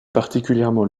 particulièrement